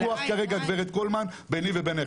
זה לא ויכוח כרגע, גב' קולמן, ביני ובינך.